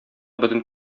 бөтен